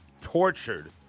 tortured